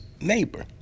neighbor